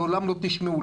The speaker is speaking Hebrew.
לעולם לא תשמעו,